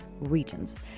regions